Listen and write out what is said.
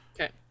okay